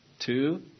Two